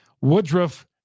Woodruff